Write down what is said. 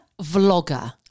vlogger